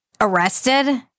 arrested